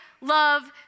love